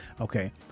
Okay